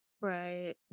Right